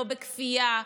לא בכפייה,